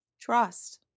Trust